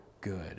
good